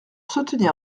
soutenir